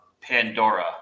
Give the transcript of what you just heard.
Pandora